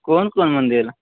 कोन कोन मन्दिर